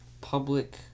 Public